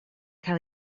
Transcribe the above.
cael